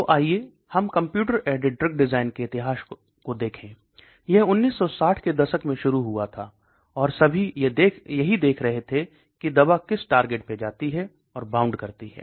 तो आइए हम कंप्यूटर एडेड ड्रग डिज़ाइन के इतिहास को देखें यह 1960 के दशक में शुरू हुआ था और सभी ये यही देख रहे थे की दवा किस टारगेट पे जाती है और बाउंड करती है